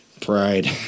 pride